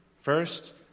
First